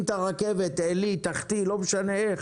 את הרכבת באופן עילי או תחתי לא משנה איך